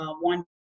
one